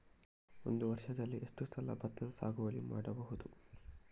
ಒಂದು ವರ್ಷದಲ್ಲಿ ಎಷ್ಟು ಸಲ ಭತ್ತದ ಸಾಗುವಳಿ ಮಾಡಬಹುದು?